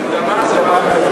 נא לשבת.